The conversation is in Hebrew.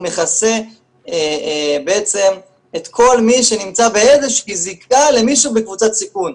הוא מכסה את כל מי שנמצא באיזה שהיא זיקה למישהו בקבוצת סיכון.